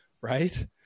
right